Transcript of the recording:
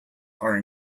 are